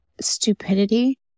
stupidity